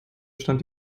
bestand